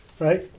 Right